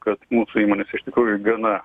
kad mūsų įmonės iš tikrųjų gana